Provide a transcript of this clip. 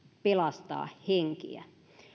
pelastaa henkiä